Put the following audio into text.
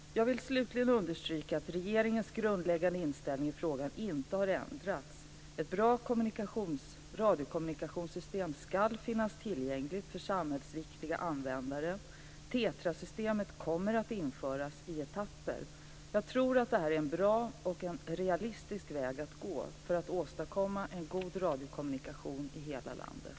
Jag vill slutligen understryka att regeringens grundläggande inställning i frågan inte har ändrats. Ett bra radiokommunikationssystem ska finnas tillgängligt för samhällsviktiga användare. TETRA systemet kommer att införas i etapper. Jag tror att det här är en bra och realistisk väg att gå för att åstadkomma en god radiokommunikation i hela landet.